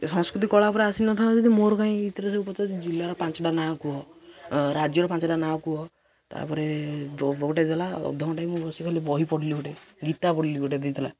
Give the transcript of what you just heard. ସଂସ୍କୃତି କଳା ଉପରେ ଆସି ନଥାନ୍ତା ଯଦି ମୋର କାଇଁ ଏଥିରେ ସବୁ ପଚାରୁଛନ୍ତି ଯେ ଜିଲ୍ଲାର ପାଞ୍ଚଟା ନାଁ କୁହ ରାଜ୍ୟର ପାଞ୍ଚଟା ନାଁ କୁହ ତାପରେ ଗୋଟେ ଦେଲା ଅଧଘଣ୍ଟା ମୁଁ ବସିିକି ଖାଲି ବହି ପଢ଼ିଲି ଗୋଟେ ଗୀତା ପଢ଼ିଲି ଗୋଟେ ଦେଇଥିଲା